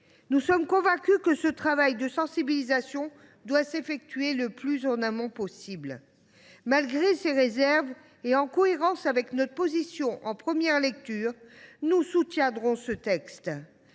Nous sommes convaincus que ce travail de sensibilisation doit s’effectuer le plus en amont possible. Malgré ces réserves, en cohérence avec notre position en première lecture, nous soutiendrons ce texte.